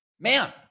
man